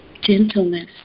Gentleness